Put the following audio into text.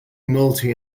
multi